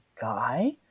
guy